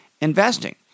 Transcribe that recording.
investing